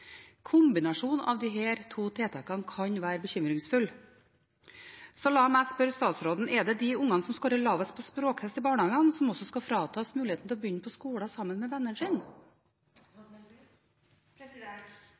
Kombinasjonen av disse to tiltakene kan være bekymringsfull. Så la meg spørre statsråden: Er det de ungene som scorer lavest på språktest i barnehagene, som også skal fratas muligheten til å begynne på skolen sammen med